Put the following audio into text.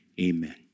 amen